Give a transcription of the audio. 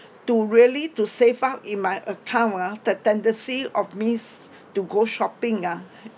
to really to save up in my account ah the tendency of means to go shopping ah